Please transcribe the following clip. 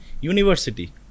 University